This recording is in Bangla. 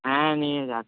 হ্যাঁ নিয়ে যাচ্ছি